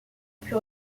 put